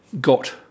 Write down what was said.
got